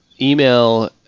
email